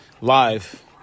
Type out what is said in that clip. live